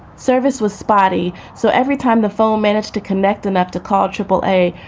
service was spotty, so every time the phone managed to connect them up to call triple a,